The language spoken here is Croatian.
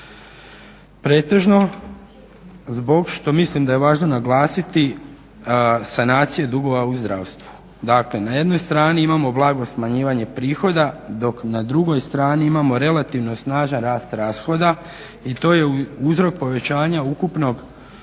Pretežno zbog što mislim da je važno naglasiti sanacije dugova u zdravstvu. Dakle na jednoj strani imamo blago smanjivanje prihoda dok na drugoj strani imamo relativno snažan rast rashoda i to je uzrok povećanja ukupnog fiskalnog